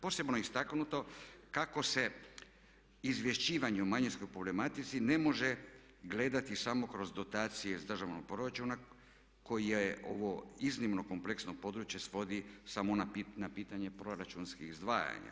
Posebno je istaknuto kako se izvješćivanje o manjinskoj problematici ne može gledati samo kroz dotacije iz državnog proračuna koji ovo iznimno kompleksno područje svodi samo na pitanje proračunskih izdvajanja.